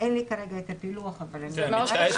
אין לי כרגע את הפילוח, אבל אני אבדוק.